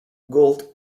gould